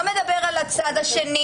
לא מדבר על הצד השני,